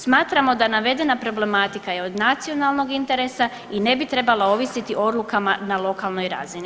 Smatramo da navedena problematika je od nacionalnog interesa i ne bi trebala ovisiti o odlukama na lokalnoj razini.